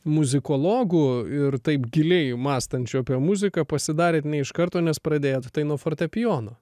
muzikologų ir taip giliai mąstančiu apie muziką pasidarėt ne iš karto nes pradėjot tai nuo fortepijono